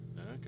Okay